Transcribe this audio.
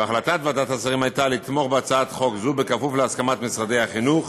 והחלטת ועדת השרים הייתה לתמוך בהצעת חוק זו בכפוף להסכמת משרדי החינוך,